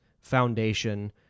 foundation